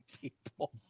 people